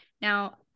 Now